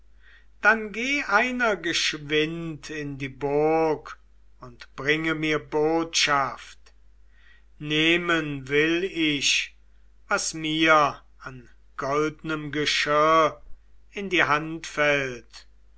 dann geh einer geschwind in die burg und bringe mir botschaft nehmen will ich was mir an goldnem geschirr in die hand fällt